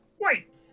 Wait